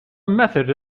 method